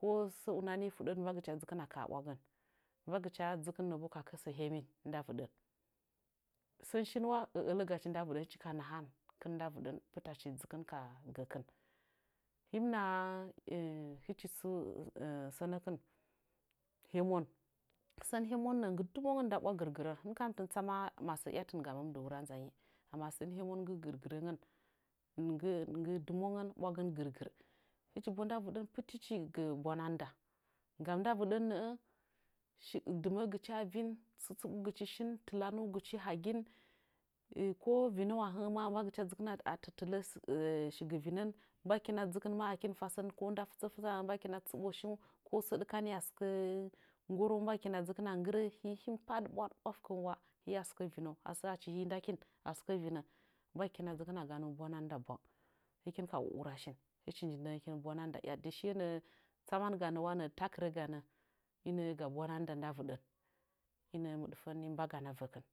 ko səə unanii, mbagɨcha dzɨkɨna kaa ɓwagən, mbagɨcha dzɨkɨn nə bo ka kəsə hemin ndavɨɗən. Sən shin wa hɨchi ka ələkɨn ndavɨɗən pɨtachi dzɨkɨn ka gəkɨn. Hii mɨ naha hɨchi tsu hemon, sən hemon nda bwa gɨragɨrən, hɨn kam tɨn tsama masəə ‘yatɨn gamɨn dɨ nura nzanyi. Hemona nggɨ gɨr gɨrəngən, nda ɓvagən gɨr gɨr nggɨ dumongən, hɨchi bo ndavɨɗən pɨtichi mbwanda. Ndama ndavɨɗən, dɨmə'əgɨchi a vin, tsitsiɓgɨchi shin, tɨlanuugɨchi ha gin, ko vinəngu a hə'ə maa mbagɨkɨna shikɨn ka tɨtɨlə shigɨ vinən, mbagɨkina dzɨkɨn ma chi hɨkin mɨ fa sən ko a nda sɨsɨkə ko sə ɗɨkanii a sɨkə nggovəngu mbagɨkina ma ko sə nda fɨtsə, nggorəngu mbagɨkina dzɨkɨna nggɨrə achi hii mɨ pa'adɨ ɓwagən a sɨkə vinə mbagɨkina dzɨkɨn hɨkina ganuu bwananda bwang hɨkin ka wawara shin. Hɨkin nii nə'ə shiye nə'ə tsaman ganə i nə'ə ga bwananda nda vɨɗən, i nə'ə mɨɗfəng nii mbagana vəkɨn.